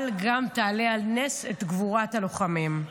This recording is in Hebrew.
אבל גם תעלה על נס את גבורת הלוחמים.